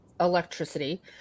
electricity